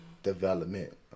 development